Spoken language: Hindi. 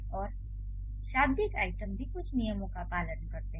और शाब्दिक आइटम भी कुछ नियमों का पालन करते हैं